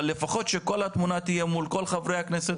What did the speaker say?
אבל לפחות שתהיה כל התמונה מול כל חברי הכנסת,